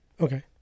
Okay